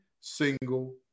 single